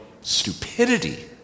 stupidity